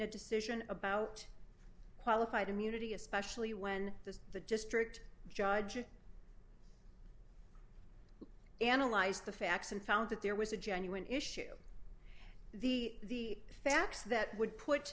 a decision about qualified immunity especially when the the district judge it analyzed the facts and found that there was a genuine issue the facts that would put